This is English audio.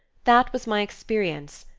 that was my experience,